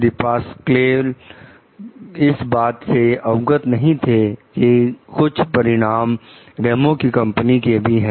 दीपासक्वेल इस बात से अवगत नहीं थे कि कुछ परिणाम रेमो की कंपनी के भी हैं